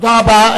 תודה רבה.